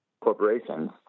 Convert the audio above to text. corporations